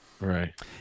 right